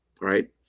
right